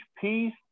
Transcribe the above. piece